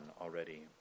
already